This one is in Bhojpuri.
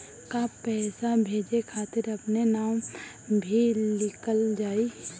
का पैसा भेजे खातिर अपने नाम भी लिकल जाइ?